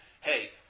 hey